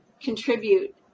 contribute